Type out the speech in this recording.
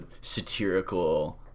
satirical